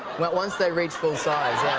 but once they reach full size